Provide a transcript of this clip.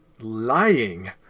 lying